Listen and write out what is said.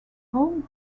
home